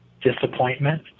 disappointment